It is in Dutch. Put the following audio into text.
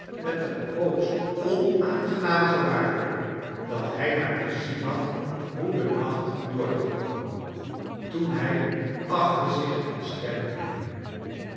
met de hoogst onaangename gewaarwording dat hij maar te zien had hoe den nacht door te komen toen hij achter zich een stem hoorde